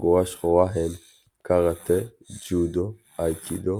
חגורה שחורה הן קראטה, ג'ודו, אייקידו,